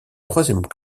troisième